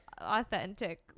Authentic